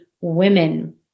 women